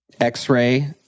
X-ray